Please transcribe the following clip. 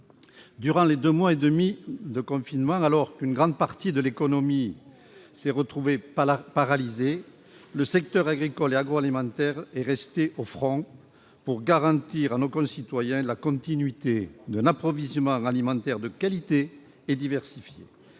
Durant les deux mois et demi de confinement, alors qu'une grande partie de l'économie s'est retrouvée paralysée, le secteur agricole et agroalimentaire est resté sur le front, pour garantir à nos concitoyens la continuité d'un approvisionnement alimentaire de qualité et diversifié.